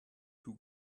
two